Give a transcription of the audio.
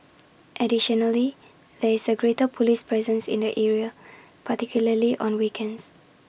additionally there is A greater Police presence in the area particularly on weekends